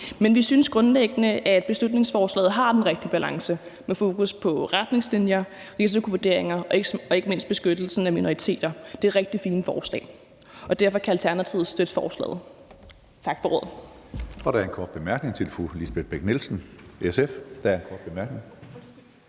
men vi synes grundlæggende, at beslutningsforslaget har den rigtige balance med fokus på retningslinjer og risikovurderinger og ikke mindst beskyttelsen af minoriteter. Det er rigtig fine forslag, og derfor kan Alternativet støtte forslaget.